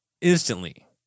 instantly